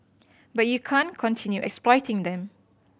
but you can't continue exploiting them